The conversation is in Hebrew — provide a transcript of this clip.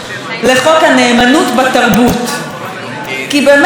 כי באמת מה שווה התרבות הישראלית,